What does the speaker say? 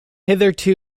hitherto